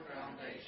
foundation